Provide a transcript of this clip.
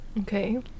Okay